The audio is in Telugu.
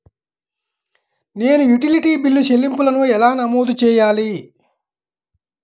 నేను యుటిలిటీ బిల్లు చెల్లింపులను ఎలా నమోదు చేయాలి?